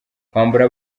kwambura